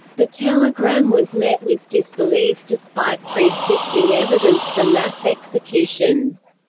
the telegram was met with disbelief despite preexisting evidence for mass executions.